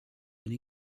been